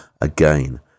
again